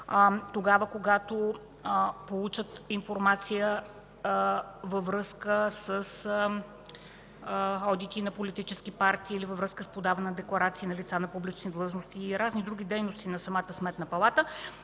тогава, когато получат информация във връзка с одити на политически партии или във връзка с подаване на декларации на лица на публични длъжности и разни други дейности на самата Сметна палата,